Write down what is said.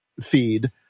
feed